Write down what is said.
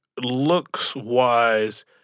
looks-wise